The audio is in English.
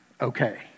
okay